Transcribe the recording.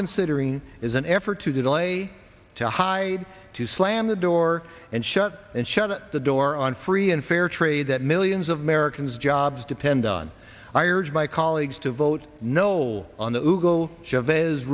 considering is an effort to delay to high to slam the door and shut and shut the door on free and fair trade that millions of americans jobs depend on irish my colleagues to vote no on the hugo chavez